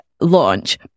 launch